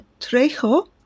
Trejo